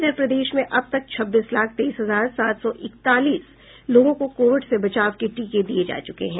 इधर प्रदेश में अब तक छब्बीस लाख तेईस हजार सात सौ इकतालीस लोगों को कोविड से बचाव के टीके दिये जा चुके हैं